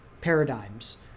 paradigms